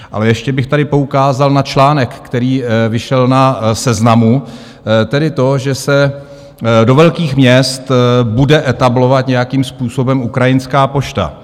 Ale ještě bych tady poukázal na článek, který vyšel na Seznamu, tedy to, že se do velkých měst bude etablovat nějakým způsobem ukrajinská pošta.